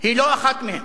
היא לא אחת מהם,